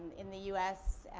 in the u s,